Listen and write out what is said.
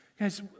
Guys